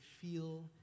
feel